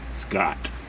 Scott